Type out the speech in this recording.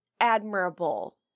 admirable